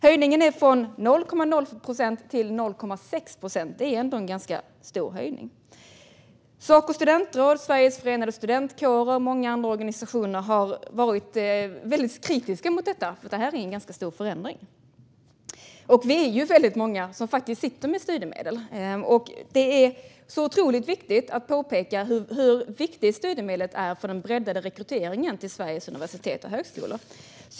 Höjningen är från 0,0 procent till 0,6 procent. Det är en ganska stor höjning. Sacos studentråd, Sveriges förenade studentkårer och många andra organisationer har varit väldigt kritiska mot detta, för det är en ganska stor förändring. Vi är många som sitter med studielån, och det är otroligt viktigt att påpeka hur betydelsefullt studiemedlet är för den breddade rekryteringen till Sveriges universitet och högskolor.